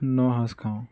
ন সাঁজ খাওঁ